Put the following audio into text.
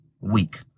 week